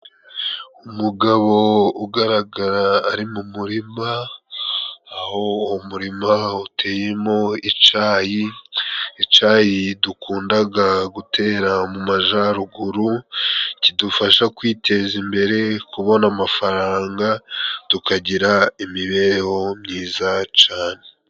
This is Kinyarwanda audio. Umugabo ugaragara ari mu murima , aho umurima uteye mo icayi , icayi dukundaga gutera mu Majaruguru kidufasha kwiteza imbere kubona amafaranga tukagira imibereho myiza cane.